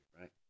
right